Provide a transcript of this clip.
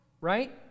Right